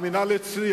המינהל הציע,